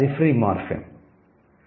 అది 'free morpheme'